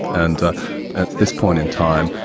and ah at this point in time,